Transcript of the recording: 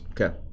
Okay